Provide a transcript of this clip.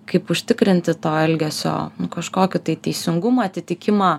kaip užtikrinti to elgesio kažkokį tai teisingumą atitikimą